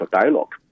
dialogue